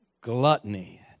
gluttony